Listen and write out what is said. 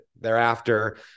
thereafter